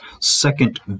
second